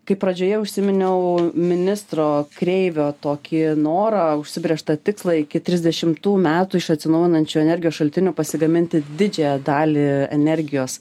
kai pradžioje užsiminiau ministro kreivio tokį norą užsibrėžtą tikslą iki trisdešimtų metų iš atsinaujinančių energijos šaltinių pasigaminti didžiąją dalį energijos